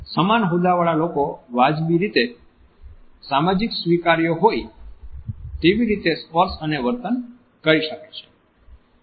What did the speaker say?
સમાન હોદ્દા વાળા લોકો વાજબી રીતે સામાજિક સ્વીકાર્ય હોય તેવી રીતે સ્પર્શ અને વર્તન કરી શકે છે